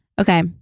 okay